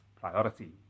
priority